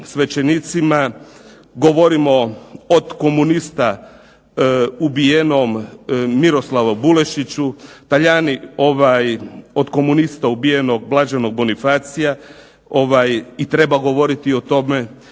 svećenicima, govorimo od komunista ubijenom Miroslavu Bulešiću, Talijani od komunista ubijenog blaženog Bonifacija, i treba govoriti o tome.